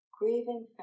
grieving